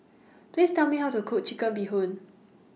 Please Tell Me How to Cook Chicken Bee Hoon